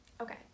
Okay